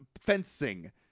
fencing